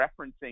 referencing